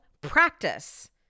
practice